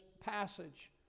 passage